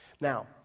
Now